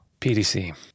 PDC